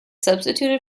substituted